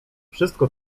wszystko